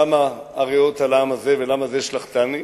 למה הריעות לעם הזה ולמה זה שלחתני.